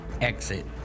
exit